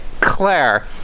Claire